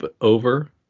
over